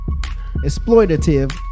Exploitative